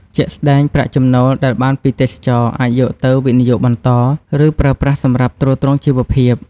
ជាក់ស្តែង ប្រាក់ចំណូលដែលបានពីទេសចរណ៍អាចយកទៅវិនិយោគបន្ត ឬប្រើប្រាស់សម្រាប់ទ្រទ្រង់ជីវភាព។